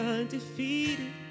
undefeated